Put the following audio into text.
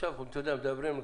עכשיו מדברים על